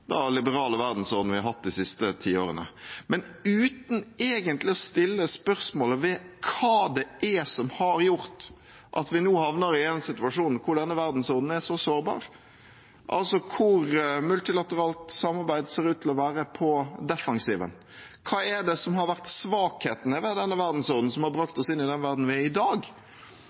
liberale verdensordenen vi har hatt de siste tiårene. Men det er uten egentlig å stille spørsmål ved hva som har gjort at vi nå havner i en situasjon der denne verdensordenen er så sårbar, og der multilateralt samarbeid ser ut til å være på defensiven. Hva er det som har vært svakhetene ved denne verdensordenen som har brakt oss inn i den verden vi er i i dag?